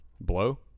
Blow